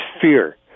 fear